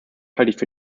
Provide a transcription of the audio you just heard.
halte